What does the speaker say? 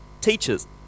teachers